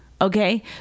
Okay